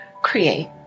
create